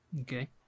Okay